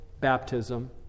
baptism